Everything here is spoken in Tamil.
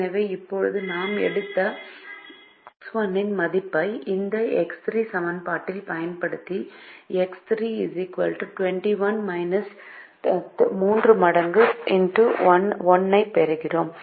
எனவே இப்போது நாம் எடுத்த X1 இன் மதிப்பைப் இந்த X3 சமன்பாட்டில் பயன்படுத்தி X 3 21 3 மடங்கு X 1 ஐப் பெறுகிறோம்